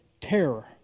terror